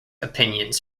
opinions